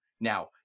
Now